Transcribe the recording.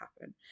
happen